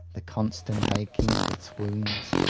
the constant aching of its wounds,